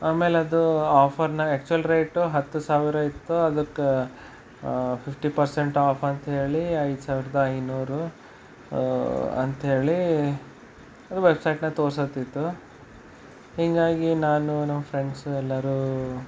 ಆಮೇಲೆ ಅದು ಆಫರ್ನಾಗ ಆ್ಯಕ್ಚುವಲ್ ರೇಟ್ ಹತ್ತು ಸಾವಿರ ಇತ್ತು ಅದಕ್ಕೆ ಫಿಫ್ಟಿ ಪರ್ಸೆಂಟ್ ಆಫ್ ಅಂಥೇಳಿ ಐದು ಸಾವಿರದ ಐನೂರು ಅಂಥೇಳಿ ವೆಬ್ಸೈಟ್ನಾಗ ತೋರ್ಸಕತ್ತಿತ್ತು ಹೀಗಾಗಿ ನಾನು ನನ್ನ ಫ್ರೆಂಡ್ಸು ಎಲ್ಲರೂ